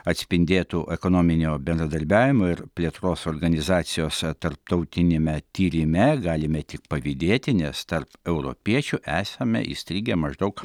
atspindėtų ekonominio bendradarbiavimo ir plėtros organizacijos tarptautiniame tyrime galime tik pavydėti nes tarp europiečių esame įstrigę maždaug